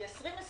כי 2020